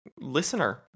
listener